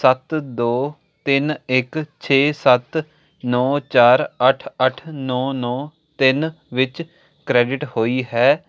ਸੱਤ ਦੋ ਤਿੰਨ ਇੱਕ ਛੇ ਸੱਤ ਨੌਂ ਚਾਰ ਅੱਠ ਅੱਠ ਨੌਂ ਨੌਂ ਤਿੰਨ ਵਿੱਚ ਕ੍ਰੈਡਿਟ ਹੋਈ ਹੈ